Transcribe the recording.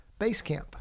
Basecamp